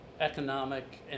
economic